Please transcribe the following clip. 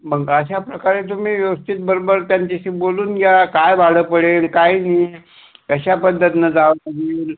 मग अशाप्रकारे तुम्ही व्यवस्थित बरोबर त्यांच्याशी बोलून घ्या काय भाडं पडेल काय नाही कशा पद्धतीनं जावं लागेल